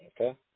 Okay